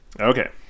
okay